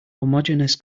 homogeneous